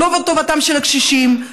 לא טובתם של הקשישים,